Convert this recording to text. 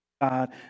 God